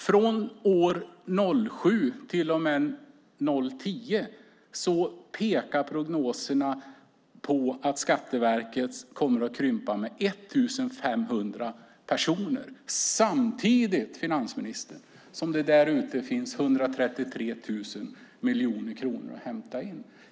Från 2007 till och med 2010 pekar prognoserna på att Skatteverket kommer att krympas med 1 500 personer - samtidigt, finansministern, som det finns 133 000 miljoner kronor där ute att hämta in.